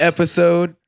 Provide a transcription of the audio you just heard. Episode